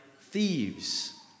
thieves